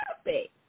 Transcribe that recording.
Okay